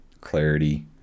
clarity